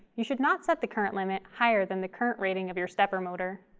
you should not set the current limit higher than the current rating of your stepper motor.